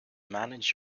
manage